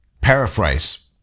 paraphrase